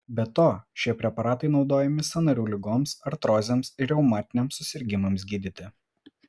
be to šie preparatai naudojami sąnarių ligoms artrozėms ar reumatiniams susirgimams gydyti